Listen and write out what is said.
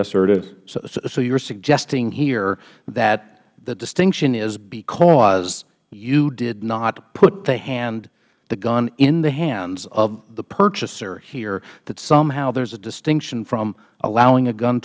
meehan so you're suggesting here that the distinction is because you did not put the hand the gun in the hands of the purchaser here that somehow there's a distinction from allowing a gun